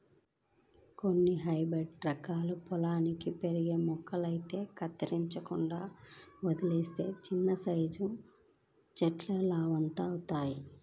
కొన్ని హైబ్రేడు రకం పొదల్లాగా పెరిగే మొక్కలైతే కత్తిరించకుండా వదిలేత్తే చిన్నసైజు చెట్టులంతవుతయ్